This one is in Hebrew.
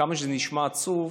כמה שזה נשמע עצוב,